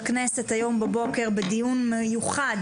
התרבות והספורט של הכנסת היום בבוקר בדיון מיוחד